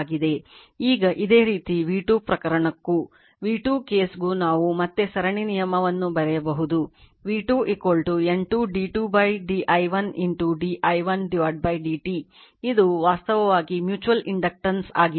ಈಗ ಇದೇ ರೀತಿ v2 ಪ್ರಕರಣಕ್ಕೂ v2 ಕೇಸ್ಗೂ ನಾವು ಮತ್ತೆ ಸರಣಿ ನಿಯಮ ವನ್ನು ಬರೆಯಬಹುದು v2 N 2 d 2 d i1 d i1 dt ಇದು ವಾಸ್ತವವಾಗಿ mutual inductance ಯಾಗಿದೆ